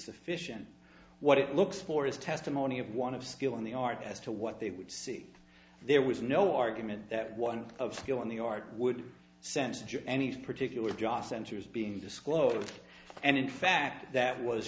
sufficient what it looks for is testimony of one of skill in the art as to what they would see if there was no argument that one of skill in the art would be sensitive any particular job centers being disclosed and in fact that was